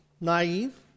naive